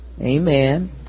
Amen